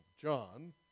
John